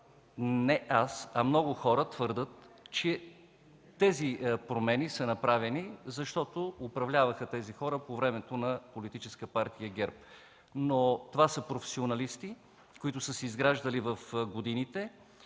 Не аз, а много хора твърдят, че тези промени са направени, защото тези хора управляваха по времето на Политическа партия ГЕРБ. Но това са професионалисти, които са се изграждали в годините